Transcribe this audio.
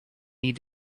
need